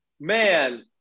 man